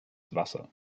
wasser